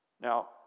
Now